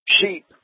Sheep